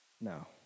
No